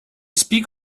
speak